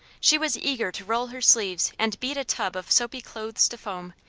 she was eager to roll her sleeves and beat a tub of soapy clothes to foam,